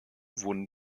wurden